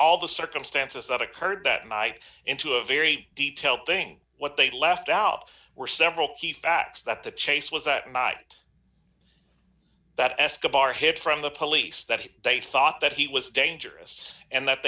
all the circumstances that occurred that night into a very detailed thing what they left out were several key facts that the chase was that night that escobar hit from the police that they thought that he was dangerous and that